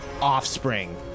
offspring